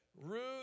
Ruth